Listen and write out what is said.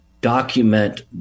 document